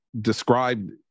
described